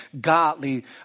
godly